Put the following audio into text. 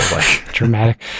Dramatic